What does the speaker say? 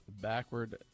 backward